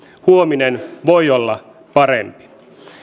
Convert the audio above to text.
huominen voi olla parempi